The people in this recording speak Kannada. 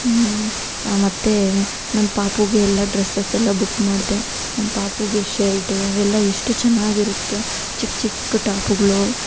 ಮತ್ತೆ ನಮ್ಮ ಪಾಪುಗೆ ಎಲ್ಲ ಡ್ರೆಸ್ಸಸ್ ಎಲ್ಲ ಬುಕ್ ಮಾಡಿದೆ ನಮ್ಮ ಪಾಪುಗೆ ಶರ್ಟು ಅವೆಲ್ಲ ಎಷ್ಟು ಚೆನ್ನಾಗಿರುತ್ತೊ ಚಿಕ್ಕ ಚಿಕ್ಕ ಟಾಪ್ಗಳು